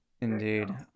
Indeed